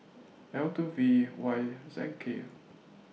L two V Y Z K